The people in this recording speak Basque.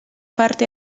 parte